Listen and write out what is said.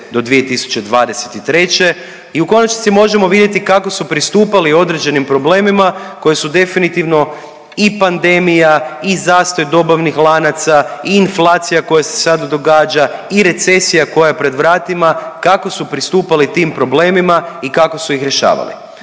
I u konačnici možemo vidjeti kako su pristupali određenim problemima koje su definitivno i pandemija i zastoj dobavnih lanaca, i inflacija koja se sad događa i recesija koja je pred vratima kako su pristupali tim problemima i kako su ih rješavali.